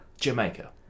Jamaica